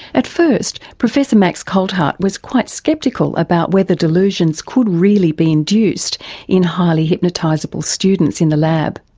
at first professor max coltheart was quite sceptical about whether delusions could really be induced in highly hypnotisable students in the lab,